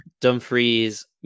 Dumfries